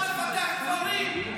העירייה לא צריכה לפתח קברים,